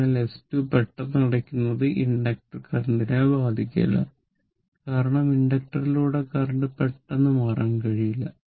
അതിനാൽ s2 പെട്ടെന്ന് അടയ്ക്കുന്നത് ഇൻഡക്റ്റർ കറന്റിനെ ബാധിക്കില്ല കാരണം ഇൻഡക്ടറിലൂടെ കറന്റ് പെട്ടെന്ന് മാറാൻ കഴിയില്ല